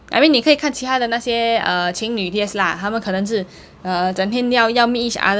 I mean 你可以看其他的那些 uh 情侣 yes lah 他们可能是整天要要 meet each other